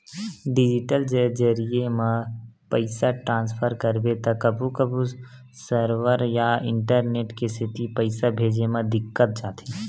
digital जरिए म पइसा ट्रांसफर करबे त कभू कभू सरवर या इंटरनेट के सेती पइसा भेजे म दिक्कत जाथे